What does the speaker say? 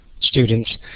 students